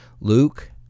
Luke